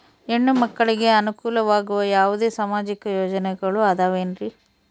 ಹೆಣ್ಣು ಮಕ್ಕಳಿಗೆ ಅನುಕೂಲವಾಗುವ ಯಾವುದೇ ಸಾಮಾಜಿಕ ಯೋಜನೆಗಳು ಅದವೇನ್ರಿ?